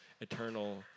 eternal